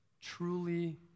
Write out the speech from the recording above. truly